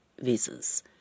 visas